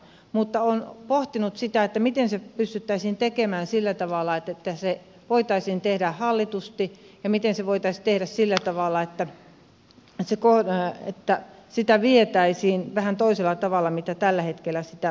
mutta olen pohtinut sitä miten se pystyttäisiin tekemään sillä tavalla että se voitaisiin tehdä hallitusti ja miten se voitaisiin tehdä sillä tavalla että sitä vietäisiin vähän toisella tavalla kuin miten sitä tällä hetkellä valmistellaan